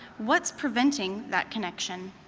what's preventing that connection?